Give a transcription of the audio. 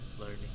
learning